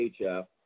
HF